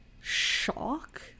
shock